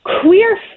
queer